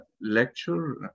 lecture